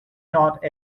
not